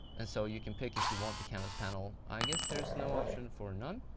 and so, you can pick if you want the canvas panel, i guess there's no option for none.